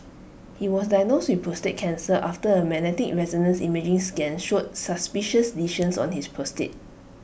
he was diagnosed with prostate cancer after A magnetic resonance imaging scan showed suspicious lesions on his prostate